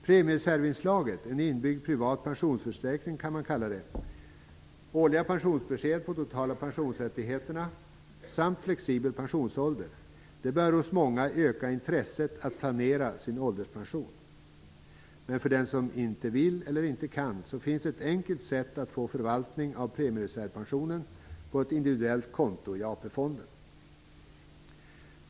Premiereservinslaget -- en inbyggd privatpensionsförsäkring kan man kalla det -- årliga pensionsbesked på de totala pensionsrättigheterna samt flexibel pensionsålder bör hos många öka intresset för att planera sin ålderspension. Men för den som inte vill eller inte kan finns ett enkelt sätt att få förvaltning av premiereservpensionen på ett individuellt konto i AP-fonden.